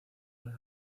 los